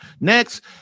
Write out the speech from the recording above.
Next